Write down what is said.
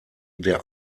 der